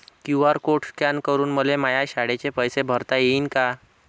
QR code scan करून मले माया शाळेचे पैसे भरता येईन का?